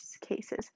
cases